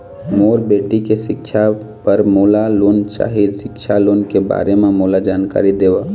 मोर बेटी के सिक्छा पर मोला लोन चाही सिक्छा लोन के बारे म मोला जानकारी देव?